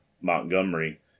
Montgomery